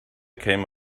came